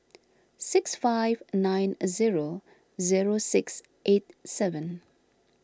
six five nine zero zero six eight seven